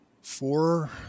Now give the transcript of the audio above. four